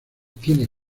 tiene